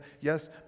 yes